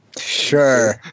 Sure